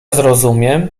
zrozumiem